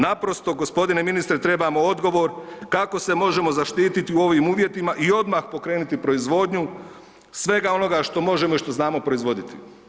Naprosto gospodine ministre trebamo odgovor kako se možemo zaštititi u ovim uvjetima i odmah pokrenuti proizvodnju svega onoga što možemo i što znamo proizvoditi.